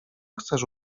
chcesz